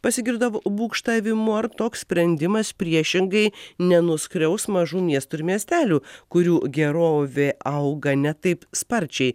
pasigirsdavo būgštavimų ar toks sprendimas priešingai nenuskriaus mažų miestų ir miestelių kurių gerovė auga ne taip sparčiai